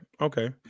okay